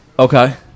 Okay